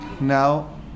Now